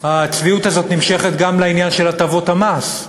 הצביעות הזאת נמשכת גם לעניין של הטבות המס.